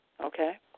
Okay